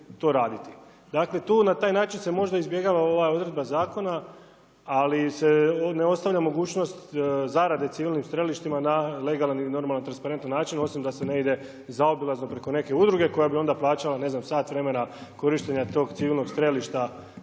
Dakle, tu na taj način se možda izbjegava ova odredba zakona, ali se ne ostavlja mogućnost zarade civilnim strelištima na legalan i normalan, transparentan način osim da se ne ide zaobilazno preko neke udruge koja bi onda plaćala ne znam sat vremena korištenja tog civilnog strelišta